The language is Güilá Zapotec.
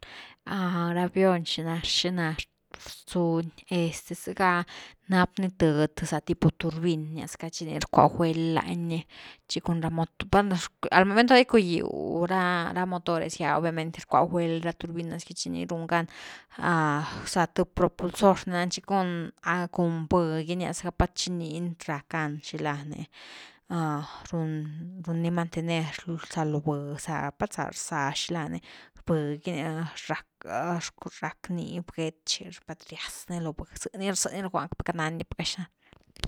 Ra vion xina-xina rzuni, este xega nap ni th za tipo torbin rnia’zacka rcua gueld lañni chi cun ra motor, bueno al momento de ni gickugiu ra-ra motores gy’ah, obviamente rcua ni guel ra motores gy, chi ni run gan, za th propulsor nani chi cun-cun vëh gi nia zacka chi ni racka n xilani run, runi mantener za lovëh za, pat za rza xini lani vëh gi ni rack-rack nib get chi pat riaz ni lo vëh, zeni zeni rguani per queity pa nandia xina.